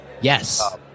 Yes